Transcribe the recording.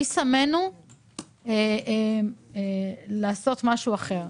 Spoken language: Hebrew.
מי שמנו לעשות משהו אחר?